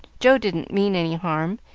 joe didn't mean any harm,